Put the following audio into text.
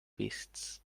beasts